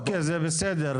אוקיי, זה בסדר.